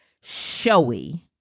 showy